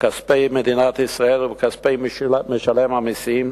בכספי מדינת ישראל ובכספי משלם המסים,